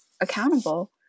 accountable